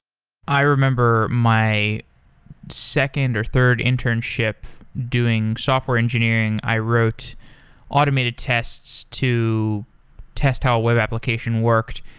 i remember my second, or third internship doing software engineering, i wrote automated tests to test how web application worked.